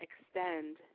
extend